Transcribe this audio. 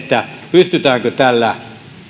pystytäänkö tällä